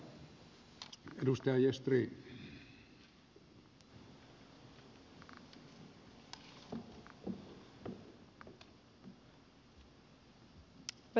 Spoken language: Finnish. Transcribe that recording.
värderade talman